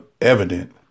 evident